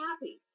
happy